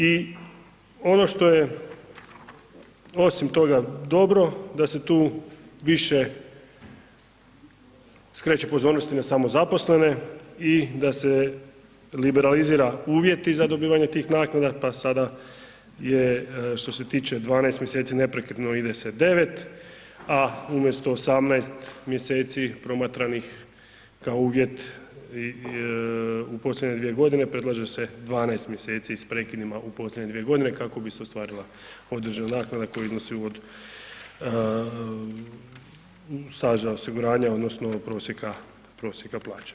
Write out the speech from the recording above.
I ono što je osim toga dobro, da se tu više skreće pozornosti na samozaposlene i da se liberalizira uvjeti za dobivanje tih naknada pa sad je što se tiče 12 mjeseci neprekidno ide se 9, a umjesto 18 mjeseci promatranih kao uvjet u posljednje 2 godine predlaže se 12 mjeseci s prekidima u posljednje 2 godine kako bi ostvarila određena naknada koja iznosi od staža osiguranja odnosno prosjeka, prosjeka plaće.